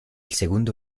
segundo